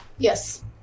Yes